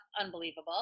unbelievable